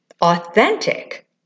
Authentic